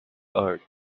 earth